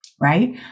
right